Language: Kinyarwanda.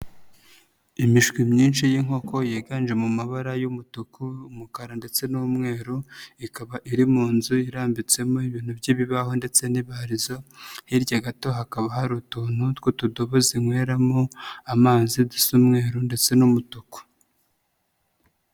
Imishwi myinshi y'inkoko yiganje mu mabara y'umutuku, umukara ndetse n'umweru ikaba iri mu nzu irambitsemo ibintu by'ibibaho ndetse n'ibarizo, hirya gato hakaba hari utuntu tw'utudobo zinyweramo amazi dusa umweru ndetse n'umutuku.